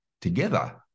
together